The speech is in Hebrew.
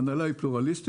ההנהלה היא פלורליסטית,